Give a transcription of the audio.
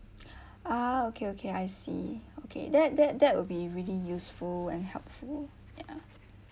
ah okay okay I see okay that that that would be really useful and helpful